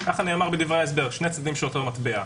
כך נאמר בדברי ההסבר, שני צדדים של אותו מטבע.